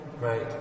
Right